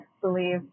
believe